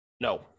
No